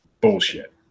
bullshit